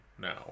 now